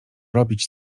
robić